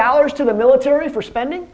dollars to the military for spending